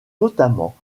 notamment